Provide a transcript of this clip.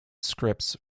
scripts